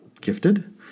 gifted